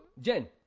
Jen